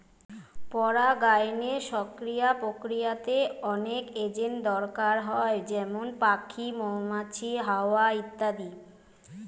পরাগায়নের সক্রিয় প্রক্রিয়াতে অনেক এজেন্ট দরকার হয় যেমন পাখি, মৌমাছি, হাওয়া ইত্যাদি